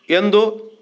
ಎಂದು